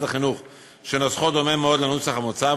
החינוך שנוסחו דומה מאוד לנוסח המוצע,